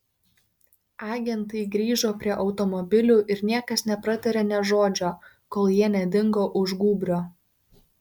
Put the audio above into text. agentai grįžo prie automobilių ir niekas nepratarė nė žodžio kol jie nedingo už gūbrio